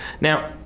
Now